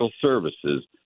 Services